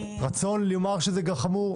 רצון לומר שזה נגע חמור?